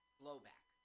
blowback